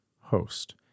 host